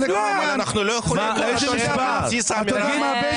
חלק מהעניין --- אבל אנחנו לא יכולים לאשר --- זה הבנצ'מארק,